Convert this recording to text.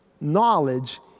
knowledge